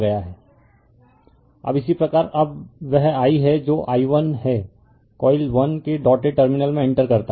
refer slide time 1309 अब इसी प्रकार अब वह I है जो i1 है कॉइल 1 के डॉटेड टर्मिनल में इंटर करता है